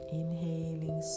inhaling